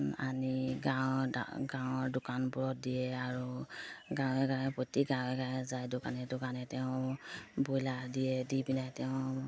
আনি গাঁৱৰ গাঁৱৰ দোকানবোৰত দিয়ে আৰু গাঁৱে গাঁৱে প্ৰতি গাঁৱে গাঁৱে যায় দোকানে দোকানে তেওঁ ব্ৰইলাৰ দিয়ে দি পিনে তেওঁ